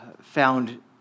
found